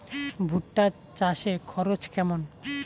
ভুট্টা চাষে খরচ কেমন?